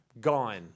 Gone